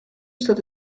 staat